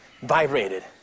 vibrated